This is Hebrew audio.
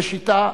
ראשיתה